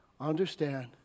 understand